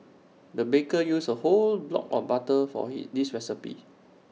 the baker used A whole block of butter for he this recipe